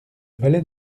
valet